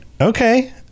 okay